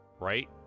right